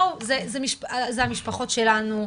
אלו המשפחות שלנו,